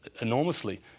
enormously